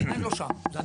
זה עדיין לא שם.